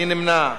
מי נמנע?